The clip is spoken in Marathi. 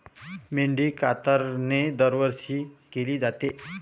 मेंढी कातरणे दरवर्षी केली जाते